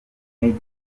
intege